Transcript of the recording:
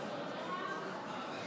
אבל אם